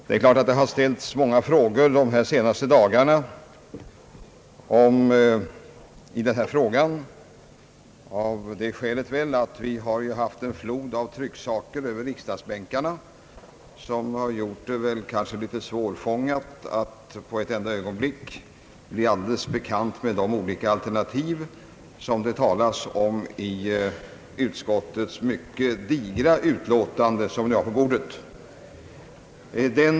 Det är klart att det har ställts många frågor under de senaste dagarna i det föreliggande ärendet av skälet att det har strömmat en flod av trycksaker över riksdagsbänkarna under de senaste dagarna vilket har gjort det litet svårfångat att på ett enda ögonblick bli alldeles bekant med de olika alternativ som redovisas i utskottets mycket digra utlåtande som nu lig ger på kammarens bord.